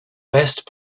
best